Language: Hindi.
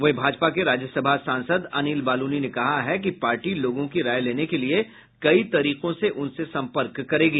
वहीं भाजपा राज्यसभा सांसद अनिल बालूनी ने कहा है कि पार्टी लोगों की राय लेने के लिए कई तरीकों से उनसे संपर्क करेगी